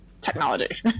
technology